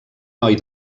noi